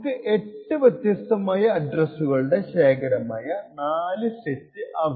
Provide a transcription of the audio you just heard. നമുക്ക് 8 വ്യത്യസ്തമായ അഡ്രെസ്സുകളുടെ ശേഖരമായ 4 സെറ്റ് ആവശ്യമുണ്ട്